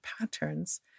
patterns